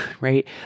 right